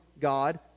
God